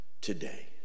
today